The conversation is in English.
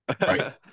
Right